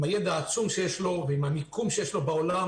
עם הידע העצום שיש לו ועם המיקום שיש לו בעולם